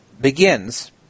begins